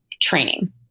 training